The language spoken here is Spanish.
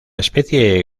especie